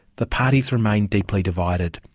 the parties remain deeply divided.